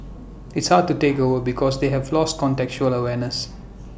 it's hard to take over because they have lost contextual awareness